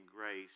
Grace